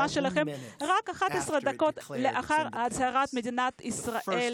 שלכם 11 דקות בלבד לאחר הצהרת העצמאות.